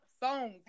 phones